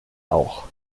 auch